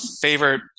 favorite